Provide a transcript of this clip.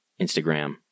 Instagram